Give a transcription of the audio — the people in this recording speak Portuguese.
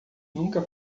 nunca